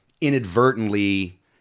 inadvertently